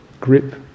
grip